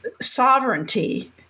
sovereignty